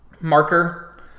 marker